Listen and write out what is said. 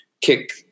kick